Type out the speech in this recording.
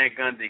Gundy